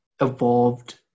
evolved